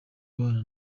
abana